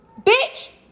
Bitch